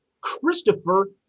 Christopher